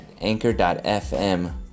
anchor.fm